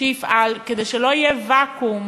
יפעל, כדי שלא יהיה ואקום,